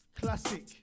Classic